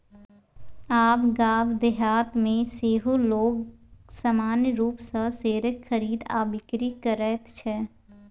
आब गाम देहातमे सेहो लोग सामान्य रूपसँ शेयरक खरीद आ बिकरी करैत छै